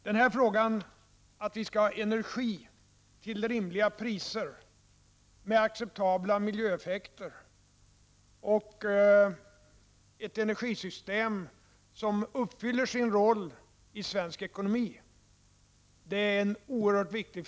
Den här frågan om att vi skall ha energi till rimliga priser med acceptabla miljöeffekter och ett energisystem som uppfyller sin roll i svensk ekonomi är oerhört viktig.